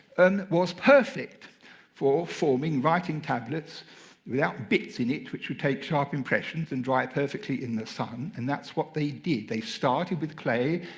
and was perfect for forming writing tablets without bits in it, which would take sharp impressions and dry perfectly in the sun. and that's what they did. they started with clay.